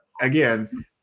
again